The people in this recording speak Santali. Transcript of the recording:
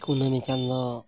ᱠᱩᱱᱟᱹᱢᱤ ᱪᱟᱸᱫᱚ